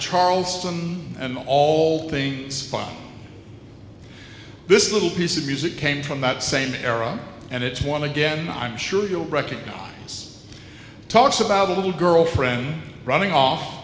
charleston and all things like this little piece of music came from that same era and it's one again i'm sure you'll recognize talks about a little girlfriend running off